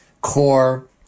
core